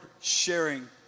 sharing